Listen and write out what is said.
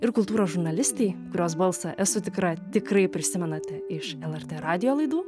ir kultūros žurnalistei kurios balsą esu tikra tikrai prisimenate iš lrt radijo laidų